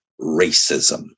racism